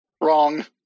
Wrong